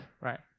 right